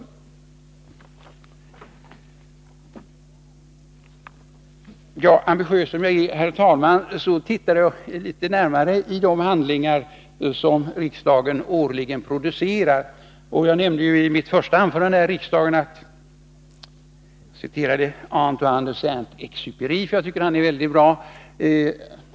Herr talman! Ambitiös som jag är har jag även tittat litet närmare på de handlingar som riksdagen årligen producerar. I mitt första anförande här i riksdagen citerade jag Antoine de Saint-Exupéry, som jag tycker är en mycket god författare.